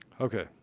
Okay